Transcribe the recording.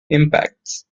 impacts